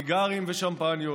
סיגרים ושמפניות.